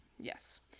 Yes